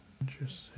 Interesting